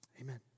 amen